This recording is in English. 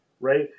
Right